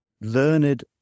learned